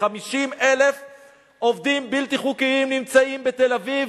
50,000 עובדים בלתי חוקיים נמצאים בתל-אביב,